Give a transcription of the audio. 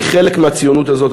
אני חלק מהציונות הזאת,